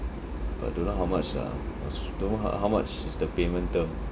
but don't know how much lah don't know how how much is the payment term